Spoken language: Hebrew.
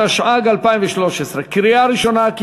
התשע"ג 2013. קריאה ראשונה,